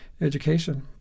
education